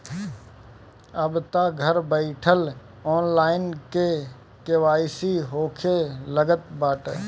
अबतअ घर बईठल ऑनलाइन के.वाई.सी होखे लागल बाटे